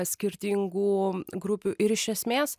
skirtingų grupių ir iš esmės